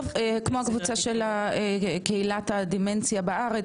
כמו הקבוצה של קהילת הדמנציה בארץ,